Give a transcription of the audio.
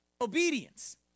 obedience